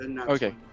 Okay